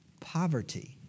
poverty